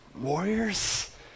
warriors